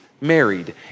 married